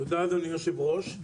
תודה אדוני היושב ראש.